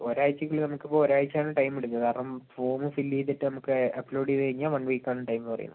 ഒരാഴ്ചയ്ക്കുളളിൽ നമുക്ക് ഇപ്പോൾ ഒരാഴ്ചയാണ് ടൈം എടുക്കുന്നത് കാരണം ഫോമ് ഫില്ല് ചെയ്തിട്ട് നമുക്ക് അപ്ലോഡ് ചെയ്ത് കഴിഞ്ഞാൽ വൺ വീക്കാണ് ടൈമ് പറയുന്നത്